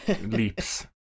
leaps